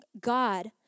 God